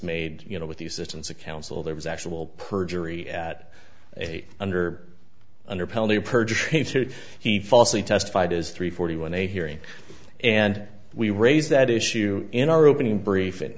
made you know with the assistance of counsel there was actual perjury at eight under under penalty of perjury he falsely testified as three forty one a hearing and we raised that issue in our opening brief